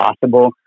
possible